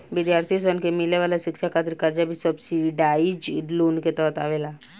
विद्यार्थी सन के मिले वाला शिक्षा खातिर कर्जा भी सब्सिडाइज्ड लोन के तहत आवेला